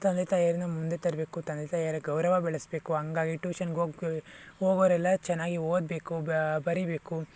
ತಂದೆ ತಾಯಿಯರನ್ನ ಮುಂದೆ ತರಬೇಕು ತಂದೆ ತಾಯಿಯರ ಗೌರವ ಬೆಳೆಸಬೇಕು ಹಾಗಾಗಿ ಟ್ಯೂಷನ್ಗೋಗಿ ಹೋಗೋರೆಲ್ಲಾ ಚೆನ್ನಾಗಿ ಓದಬೇಕು ಬರೀಬೇಕು